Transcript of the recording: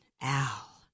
Al